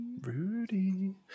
Rudy